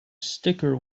sticker